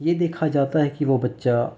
یہ دیکھا جاتا ہے کہ وہ بچہ